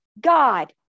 God